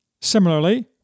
Similarly